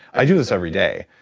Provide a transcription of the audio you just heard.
i do this every day,